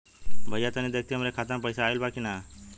भईया तनि देखती हमरे खाता मे पैसा आईल बा की ना?